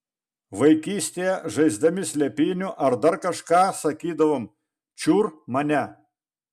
vaikystėje žaisdami slėpynių ar dar kažką sakydavom čiur mane